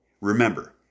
Remember